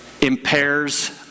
impairs